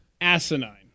asinine